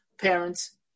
parents